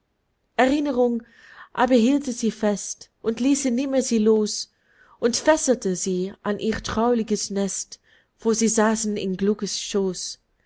erinnerung aber hielte sie fest und ließe nimmer sie los und fesselte sie an ihr trauliches nest wo sie saßen in glückes schoß